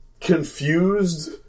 confused